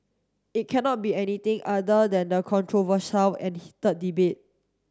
it cannot be anything other than a controversial and heated debate